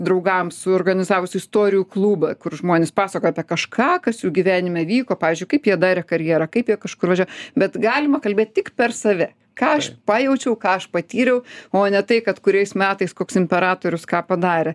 draugams suorganizavus istorijų klubą kur žmonės pasakoja apie kažką kas jų gyvenime vyko pavyzdžiui kaip jie darė karjerą kaip jie kažkur važia bet galima kalbėt tik per save ką aš pajaučiau ką aš patyriau o ne tai kad kuriais metais koks imperatorius ką padarė